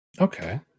Okay